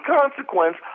consequence